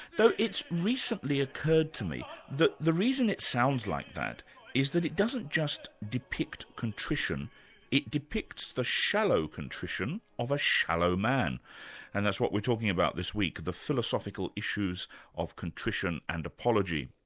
though it's recently occurred to me that the reason is sounds like that is that it doesn't just depict contrition it depicts the shallow contrition of a shallow man and that's what we're talking about this week, the philosophical issues of contrition and apology.